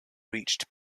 reached